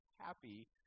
happy